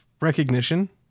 recognition